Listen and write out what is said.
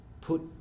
put